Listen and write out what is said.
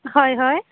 হয় হয়